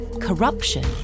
corruption